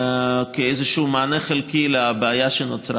כאיזשהו מענה חלקי לבעיה שנוצרה,